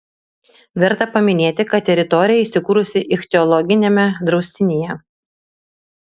verta paminėti kad teritorija įsikūrusi ichtiologiniame draustinyje